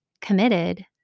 committed